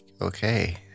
Okay